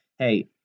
Hey